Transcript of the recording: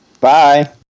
Bye